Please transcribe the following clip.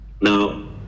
now